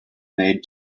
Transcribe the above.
maid